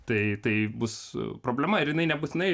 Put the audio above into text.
tai tai bus problema ir jinai nebūtinai